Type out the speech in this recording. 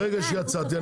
ברגע שיצאתי,